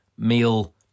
meal